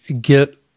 get